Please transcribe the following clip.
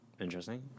Interesting